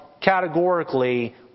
categorically